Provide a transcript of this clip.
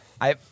I-